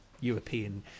European